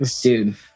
dude